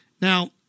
now